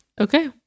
okay